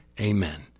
Amen